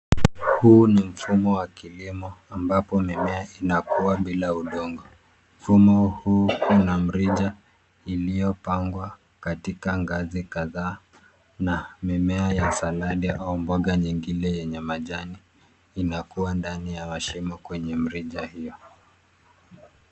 Huu ni mfumo wa kilimo ambapo mimea inakua bila udongo. Mfumo huu una mrija iliyopangwa katika ngazi kadhaa na mimea ya saladi au mboga nyingine yenye majani inakua ndani ya mashimo kwenye mrija hiyo.